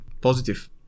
positive